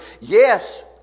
yes